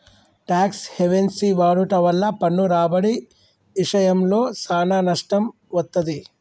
talks హెవెన్సి వాడుట వల్ల పన్ను రాబడి ఇశయంలో సానా నష్టం వత్తది